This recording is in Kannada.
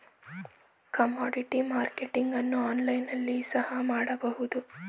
ಕಮೋಡಿಟಿ ಮಾರ್ಕೆಟಿಂಗ್ ಅನ್ನು ಆನ್ಲೈನ್ ನಲ್ಲಿ ಸಹ ಮಾಡಬಹುದು